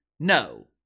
No